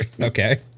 okay